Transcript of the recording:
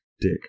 dick